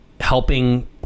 helping